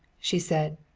she said.